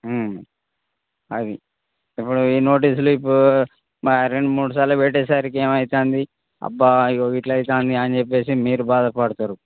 అది ఇప్పుడు ఈ నోటీసులు ఇపు రెండు మూడు సార్లు పెట్టేసరికి ఏమవుతోంది అబ్బా ఇగొ ఇట్లవుతోంది అని చెప్పేసి మీరు బాధ పడతారు